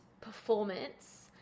performance